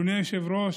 אדוני היושב-ראש,